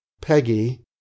Peggy